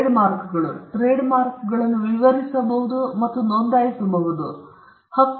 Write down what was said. ಟ್ರೇಡ್ಮಾರ್ಕ್ಗಳು ಟ್ರೇಡ್ಮಾರ್ಕ್ಗಳನ್ನು ವಿವರಿಸಬಹುದು ಮತ್ತು ಅವುಗಳನ್ನು ನೋಂದಾಯಿಸಬಹುದು